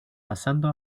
pasando